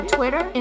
Twitter